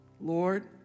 Lord